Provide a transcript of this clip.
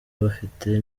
bafite